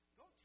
go